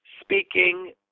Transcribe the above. speaking